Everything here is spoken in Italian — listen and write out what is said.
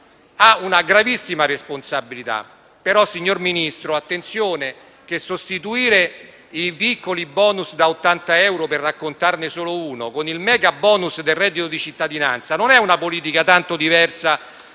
ha una gravissima responsabilità. Badi bene, però, signor Ministro, che sostituire i piccoli *bonus* da 80 euro - per raccontarne solo uno - con il mega-*bonus* del reddito di cittadinanza non è una politica tanto diversa